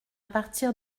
partir